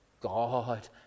God